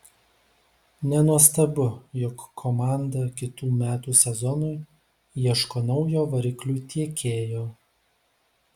nenuostabu jog komanda kitų metų sezonui ieško naujo variklių tiekėjo